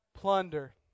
Plunder